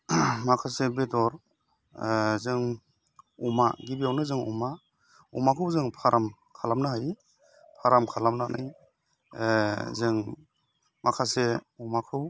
माखासे बेदर जों अमा गिबियावनो जों अमा अमाखौ जों फार्म खालामनो हायो फार्म खालामनानै जों माखासे अमाखौ